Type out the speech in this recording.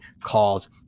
calls